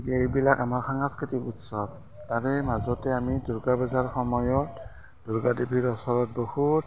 এইবিলাক আমাৰ সাংস্কৃতিক উৎসৱ তাৰে মাজতে আমি দুৰ্গা পূজাৰ সময়ত দুৰ্গা দেৱীৰ ওচৰত বহুত